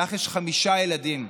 לך יש חמישה ילדים,